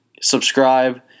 subscribe